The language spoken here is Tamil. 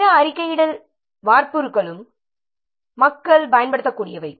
எனவே பிற அறிக்கையிடல் வார்ப்புருக்களும் மக்கள் பயன்படுத்தக்கூடியவை